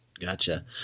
gotcha